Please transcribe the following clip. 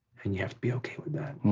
and you have to be okay with that.